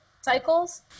cycles